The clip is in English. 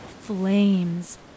Flames